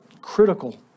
critical